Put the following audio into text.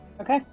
Okay